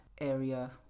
area